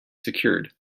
secured